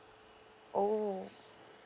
oh